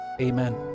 Amen